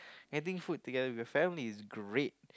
anything food together with your family is great